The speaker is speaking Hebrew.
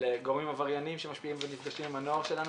לגורמים עבריינים שמשפיעים ונפגשים עם הנוער שלנו,